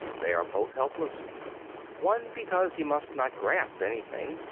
they are both helpless one because he must not grasp anything,